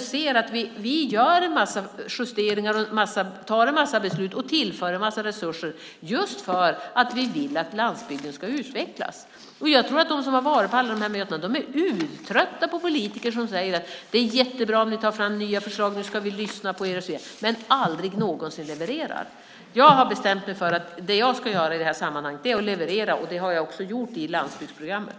ser att vi gör en massa justeringar, fattar en massa beslut och tillför en massa resurser just för att vi vill att landsbygden ska utvecklas. Jag tror att de som har varit på alla de här mötena är urtrötta på politiker som säger: Det är jättebra om ni tar fram nya förslag! Nu ska vi lyssna på er! Men sedan levererar politikerna aldrig någonsin. Jag har bestämt mig för att det jag ska göra i det här sammanhanget är att leverera, och det har jag också gjort i landsbygdsprogrammet.